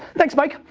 thanks, mike.